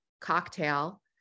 cocktail